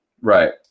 Right